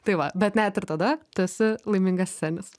tai va bet net ir tada tas laimingascenis